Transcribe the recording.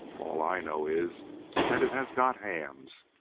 all i know is that it has got hams,